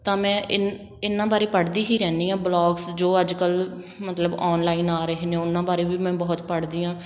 ਤਾਂ ਮੈਂ ਇਨ ਇਹਨਾਂ ਬਾਰੇ ਪੜ੍ਹਦੀ ਹੀ ਰਹਿੰਦੀ ਹਾਂ ਵਲੋਗਸ ਜੋ ਅੱਜ ਕੱਲ੍ਹ ਮਤਲਬ ਔਨਲਾਈਨ ਆ ਰਹੇ ਨੇ ਉਹਨਾਂ ਬਾਰੇ ਵੀ ਮੈਂ ਬਹੁਤ ਪੜ੍ਹਦੀ ਹਾਂ